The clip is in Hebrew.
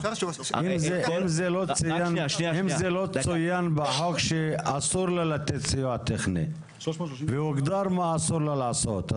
אם לא צוין בחוק שאסור לה לתת סיוע טכני והוגדר מה אסור לה לעשות,